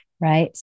right